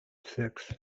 six